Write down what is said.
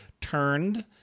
turned